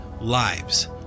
lives